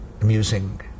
amusing